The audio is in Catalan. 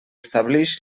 establix